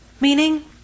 Meaning